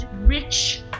rich